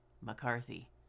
McCarthy